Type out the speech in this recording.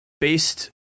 based